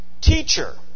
Teacher